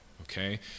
okay